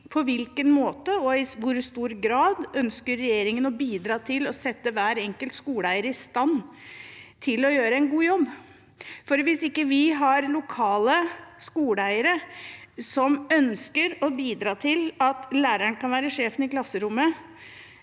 På hvilken måte og i hvor stor grad ønsker regjeringen å bidra til å sette hver enkelt skoleeier i stand til å gjøre en god jobb? Hvis vi ikke har lokale skoleeiere som ønsker å bidra til at læreren kan være sjefen i klasserommet,